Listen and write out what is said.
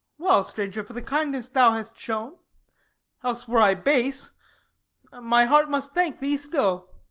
well, stranger, for the kindness thou hast shown else were i base my heart must thank thee still.